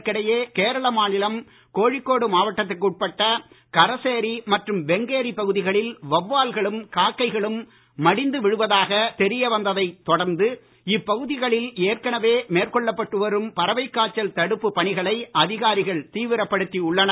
இதற்கிடையில் கேரள மாநிலம் கோழிக்கோடு மாவட்டத்திற்கு உட்பட்ட கரசேரி மற்றும் வெங்கேரி பகுதிகளில் வவ்வால்களும் காக்கைகளும் மடிந்து விழுவதாக தெரிய வந்ததைத் தொடர்ந்து இப்பகுதிகளில் ஏற்கனவே மேற்கொள்ளப்பட்டு வரும் பறவைக் காய்ச்சல் தடுப்பு பணிகளை அதிகாரிகள் தீவிரப்படுத்தி உள்ளனர்